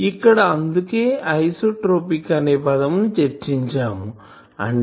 ఇక్కడ అందుకే ఐసోట్రోపిక్ అనే పదంని చర్చించాము అంటే